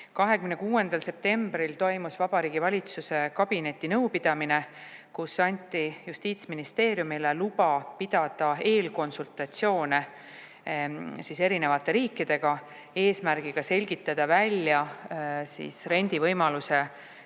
26. septembril toimus Vabariigi Valitsuse kabinetinõupidamine, kus anti Justiitsministeeriumile luba pidada eelkonsultatsioone erinevate riikidega, et selgitada välja rendivõimaluse